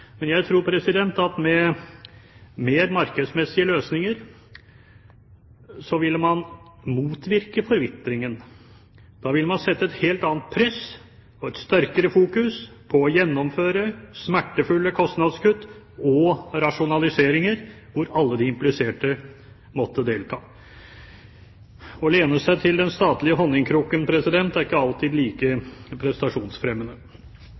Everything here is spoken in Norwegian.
Men jeg tror at med mer markedsmessige løsninger vil man motvirke forvitringen. Da vil man sette et helt annet press og et sterkere fokus på å gjennomføre smertefulle kostnadskutt og rasjonaliseringer, hvor alle de impliserte må delta. Å lene seg til den statlige honningkrukken er ikke alltid